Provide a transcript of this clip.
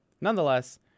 nonetheless